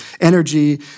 energy